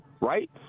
Right